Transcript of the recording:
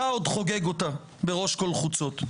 אתה עוד חוגג אותה בראש כל חוצות.